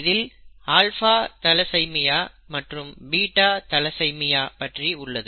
இதில் alpha thalassemia மற்றும் beta thalassemia பற்றி உள்ளது